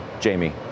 Jamie